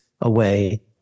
away